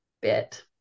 bit